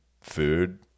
food